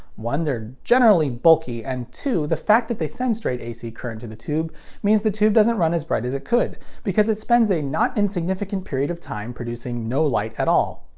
one, they're generally bulky, and two, the fact that they send straight ac current to the tube means the tube doesn't run as bright as it could because it spends a not-insignificant period of time producing no light at all.